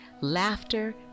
laughter